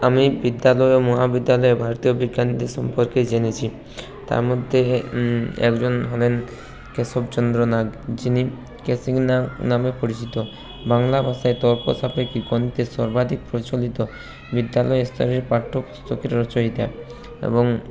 আমি বিদ্যালয়ে ও মহাবিদ্যালয়ে ভারতীয় বিজ্ঞানীদের সম্পর্কে জেনেছি তার মধ্যে একজন হলেন কেশব চন্দ্র নাগ যিনি কেসি নাগ নামে পরিচিত বাংলা ভাষায় তর্ক সাপেক্ষে গণিতের সর্বাধিক প্রচলিত বিদ্যালয় স্তরের পাঠ্য পুস্তকের রচয়িতা এবং